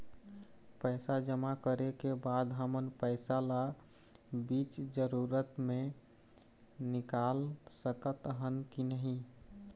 पैसा जमा करे के बाद हमन पैसा ला बीच जरूरत मे निकाल सकत हन की नहीं?